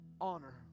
Honor